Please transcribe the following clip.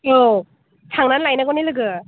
औ थांनानै लायनांगौने लोगो